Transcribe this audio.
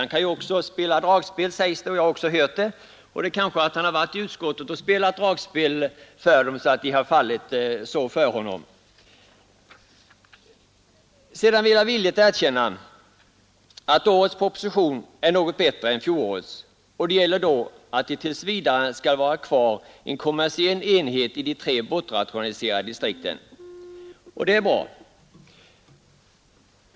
Han kan ju också spela dragspel, vilket jag har hört. Kanske har han varit i utskottet och spelat dragspel för ledamöterna så att de fallit för honom! Sedan skall jag villigt erkänna att årets proposition är något bättre än fjolårets. Tills vidare gäller att det skall få vara kvar en kommersiell enhet i de tre bortrationaliserade distrikten, och det är bra.